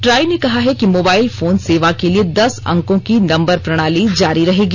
द्राई ने कहा है कि मोबाइल फोन सेवा के लिए दस अंकों की नम्बर प्रणाली जारी रहेगी